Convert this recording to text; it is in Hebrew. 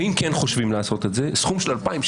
ואם כן חושבים לעשות את זה, סכום של 2,000?